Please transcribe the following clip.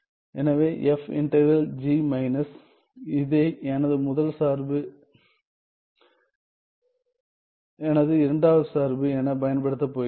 எனவே f integral g minus இதை எனது முதல் சார்பு எனது இரண்டாவது சார்பு என பயன்படுத்தப் போகிறேன்